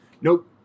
nope